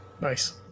Nice